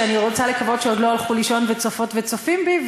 שאני רוצה לקוות שעוד לא הלכו לישון וצופות וצופים בי,